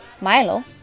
Milo